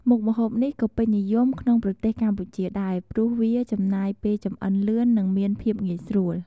មុខម្ហូបនេះក៏ពេញនិយមក្នុងប្រទេសកម្ពុជាដែរ ព្រោះវាចំណាយពេលចម្អិនលឿននិងមានភាពងាយស្រួល។